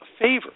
favor